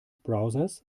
browsers